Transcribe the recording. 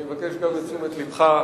אני מבקש גם את תשומת לבך.